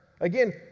again